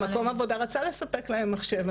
מקום העבודה רצה לספק להן מחשב.